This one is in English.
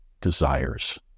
desires